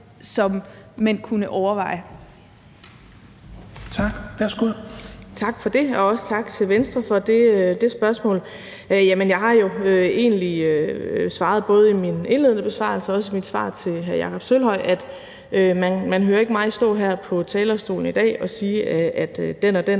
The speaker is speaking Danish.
og ældreministeren (Astrid Krag): Tak for det, og også tak til Venstre for det spørgsmål. Jamen jeg har jo egentlig svaret både i min indledende besvarelse og også i mit svar til hr. Jakob Sølvhøj, at man hører ikke mig stå her på talerstolen i dag og sige, at den og den